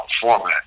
format